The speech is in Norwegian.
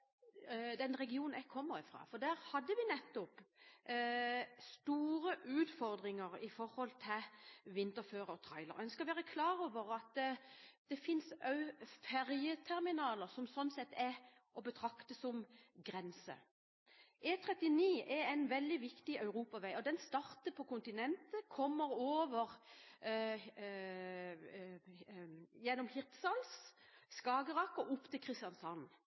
den regionen jeg kommer fra. Der har vi store utfordringer nettopp med trailere på vinterføre. En skal være klar over at det også finnes fergeterminaler som er å betrakte som en grense. E39 er en veldig viktig europavei. Den starter på kontinentet, går gjennom Hirtshals, over Skagerrak og til Kristiansand.